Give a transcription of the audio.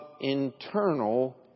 internal